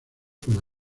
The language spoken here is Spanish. con